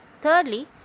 Thirdly